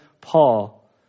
Paul